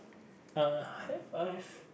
uh have I have